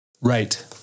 Right